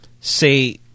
say